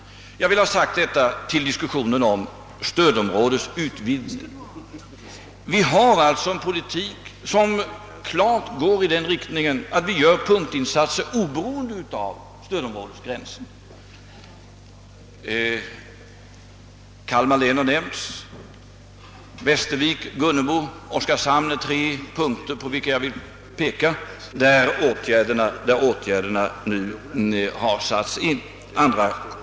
Jag ville tillföra detta till diskussionen om stödområdesutvidgning. Vi för alltså en politik som klart går i riktning mot punktinsatser oberoende av stödområdesgränser. Kalmar län har nämnts. Västervik, Gunnebo och Oskarshamn är också tre punkter jag vill peka på där åtgärder nu har satts in.